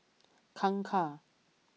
Kangkar